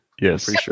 Yes